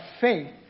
faith